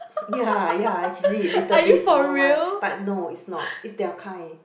ya ya actually little bit don't know why but no it's not it's their kind